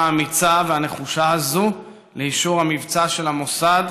האמיצה והנחושה הזאת לאישור המבצע של המוסד